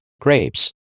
grapes